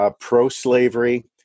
pro-slavery